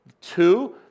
Two